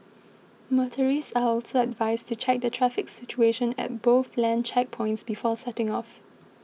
motorists are also advised to check the traffic situation at both land checkpoints before setting off